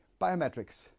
biometrics